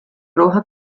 roja